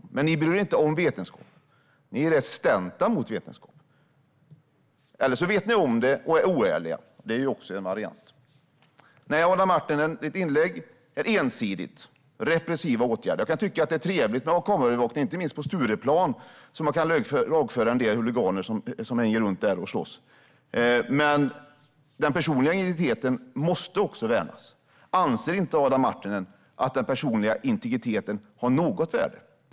Men ni bryr er inte om vetenskap. Ni är resistenta mot vetenskap. Eller så vet ni om det och är oärliga. Det är också en variant. Ditt anförande är ensidigt, Adam Marttinen. När det gäller repressiva åtgärder kan jag tycka att det är trevligt med kameraövervakning, inte minst på Stureplan så att man kan lagföra en del huliganer som hänger där och slåss. Men den personliga integriteten måste också värnas. Anser du inte att den personliga integriteten har något värde?